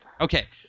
Okay